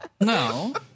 No